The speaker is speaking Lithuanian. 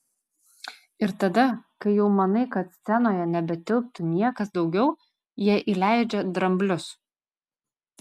ir tada kai jau manai kad scenoje nebetilptų niekas daugiau jie įleidžia dramblius